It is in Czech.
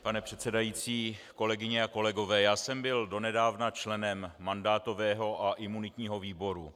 Pane předsedající, kolegyně a kolegové, já usem byl donedávna členem mandátového a imunitního výboru.